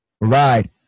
Right